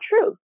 true